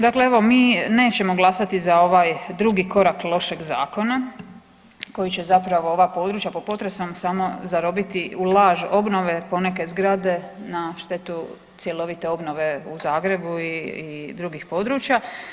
Dakle, evo mi nećemo glasati za ovaj drugi korak lošeg zakona koji će zapravo ova područja pod potresom samo zarobiti u laž obnove poneke zgrade na štetu cjelovite obnove u Zagrebu i drugih područja.